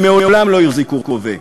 שמעולם לא החזיקו רובה,